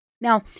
Now